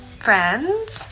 friends